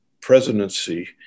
presidency